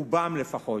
רובם לפחות,